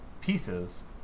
pieces